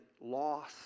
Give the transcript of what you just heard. loss